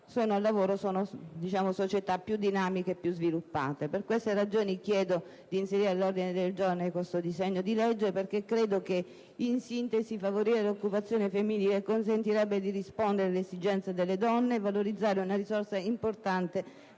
sono al lavoro sono società più dinamiche e sviluppate. Per queste ragioni chiedo di inserire all'ordine del giorno questo disegno di legge. In sintesi, credo che favorire l'occupazione femminile consentirebbe di rispondere alle esigenze delle donne, di valorizzare una risorsa importante